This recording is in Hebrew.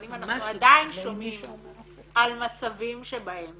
אבל אם אנחנו עדיין שומעים על מצבים שבהם